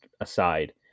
aside